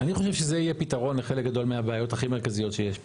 אני חושב שזה יהיה פתרון לחלק גדול מהבעיות הכי מרכזיות שיש פה.